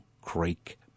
Creek